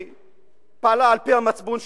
שפעלה על-פי המצפון שלה,